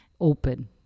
open